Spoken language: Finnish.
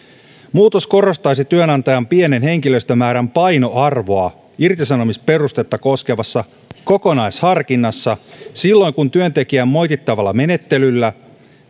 muutos korostaisi työnantajan pienen henkilöstömäärän painoarvoa irtisanomisperustetta koskevassa kokonaisharkinnassa silloin kun työntekijän moitittavalla menettelyllä